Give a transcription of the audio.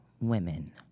women